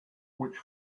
which